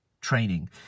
training